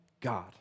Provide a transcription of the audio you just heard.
God